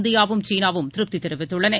இந்தியாவும் சீனாவும் திருப்திதெரிவித்துள்ளன